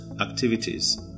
activities